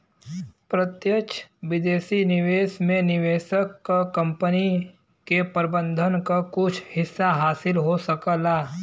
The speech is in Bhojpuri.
प्रत्यक्ष विदेशी निवेश से निवेशक क कंपनी के प्रबंधन क कुछ हिस्सा हासिल हो सकला